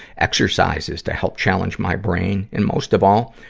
exercises to help challenge my brain, and most of all,